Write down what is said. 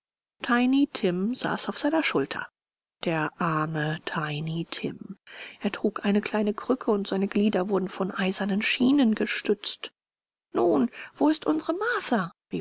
tiny tim saß auf seiner schulter der arme tiny tim er trug eine kleine krücke und seine glieder wurden von eisernen schienen gestützt nun wo ist unsere